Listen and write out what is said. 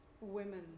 women